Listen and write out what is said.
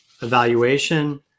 Evaluation